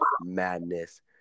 madness